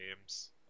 games